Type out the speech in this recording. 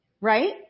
Right